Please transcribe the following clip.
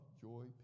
joy